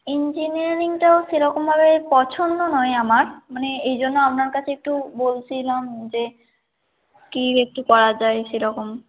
ইঞ্জিনিয়ারিংটাও সেরকমভাবে পছন্দ নয় আমার মানে এই জন্য আপনার কাছে একটু বলছিলাম যে কী একটু করা যায় সেরকম